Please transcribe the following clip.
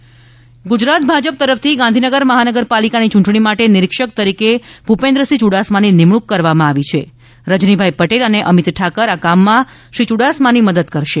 ભાજપ બેઠક ગુજરાત ભાજપ તરફથી ગાંધીનગર મહાનગરપાલિકાની યૂંટણી માટે નિરીક્ષક તરીકે ભૂપેન્દ્રસિંહ યુડાસમાની નિમણૂંક કરવામાં આવી છે રજનીભાઈ પટેલ અને અમિત ઠાકર આ કામમાં શ્રી યુડાસમાની મદદ કરશે